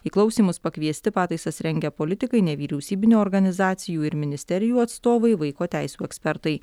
į klausymus pakviesti pataisas rengę politikai nevyriausybinių organizacijų ir ministerijų atstovai vaiko teisių ekspertai